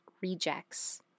rejects